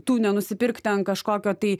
tu nenusipirk ten kažkokio tai